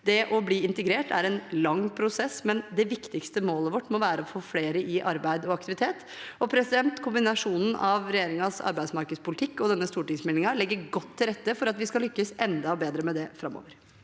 Det å bli integrert er en lang prosess, men det viktigste målet vårt må være å få flere i arbeid og aktivitet. Og kombinasjonen av regjeringens arbeidsmarkedspolitikk og denne stortingsmeldingen legger godt til rette for at vi skal lykkes enda bedre med det framover.